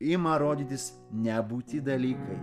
ima rodytis nebūti dalykai